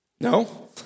No